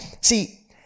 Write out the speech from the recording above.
See